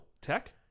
Tech